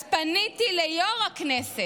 אז פניתי ליו"ר הכנסת,